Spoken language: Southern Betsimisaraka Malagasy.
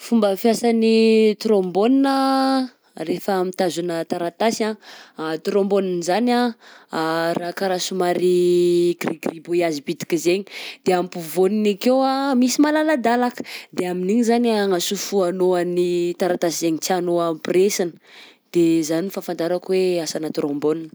Fomba fiasan'ny trombone anh rehefa mitazona taratasy anh, trombone izany anh raha karaha somary grigribouillage bitika zaigny, de ampovoaniny akeo anh misy malaladalaka, de amin'igny zany anasofohanao an'ny taratasy zainy tianao ampiraisina, de zany no fahafantarako hoe asanà trombone.